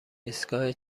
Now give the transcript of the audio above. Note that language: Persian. ایستگاه